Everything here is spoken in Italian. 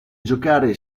giocare